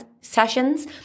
sessions